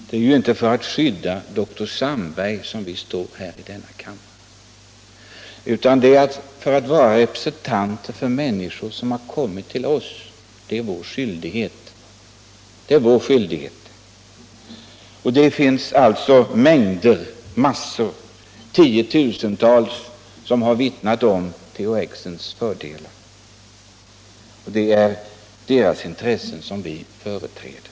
Det är ju inte för att skydda dr Sandberg som vi står här i denna kammare utan det är för att vara representanter för människor som har kommit till oss — det är vår skyldighet. Tiotusentals människor har vittnat om THX-preparatets fördelar, och det är deras intressen som vi företräder.